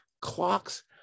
clocks